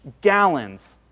gallons